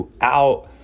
out